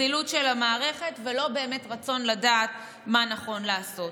זילות של המערכת ולא באמת רצון לדעת מה נכון לעשות.